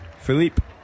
Philippe